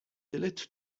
دلت